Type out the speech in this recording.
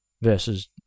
versus